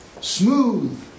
Smooth